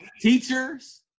teachers